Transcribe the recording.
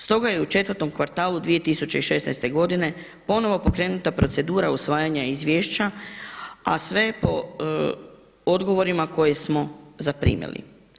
Stoga je u 4 kvartalu 2016. godine ponovo pokrenuta procedura usvajanja izvješća, a sve po odgovorima koje smo zaprimili.